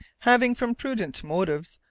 having, from prudent motives,